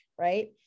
right